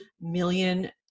million